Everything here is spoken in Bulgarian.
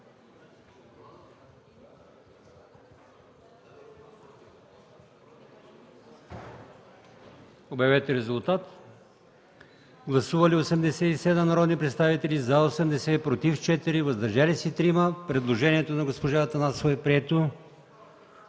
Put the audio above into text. на гласуване. Гласували 87 народни представители: за 80, против 4, въздържали се 3. Предложението на госпожа Атанасова е прието.